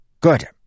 Good